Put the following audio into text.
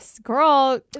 Girl